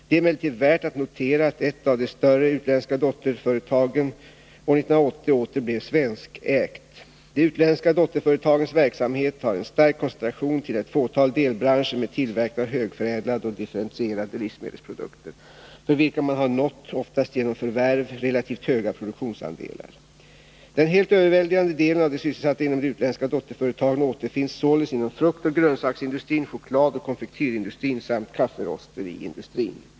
Det är emellertid värt att notera att ett av de större utländska dotterföretagen år 1980 åter blev svenskägt. De utländska dotterföretagens verksamhet har en stark koncentration till ett fåtal delbranscher med tillverkning av högförädlade och differentierade livsmedelsprodukter, för vilka man har nått — oftast genom förvärv — relativt höga produktionsandelar. Den helt överväldigande delen av de sysselsatta inom de utländska dotterföretagen återfinns således inom fruktoch grönsaksindustrin, chokladoch konfektyrindustrin samt kafferosteriindustrin.